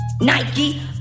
Nike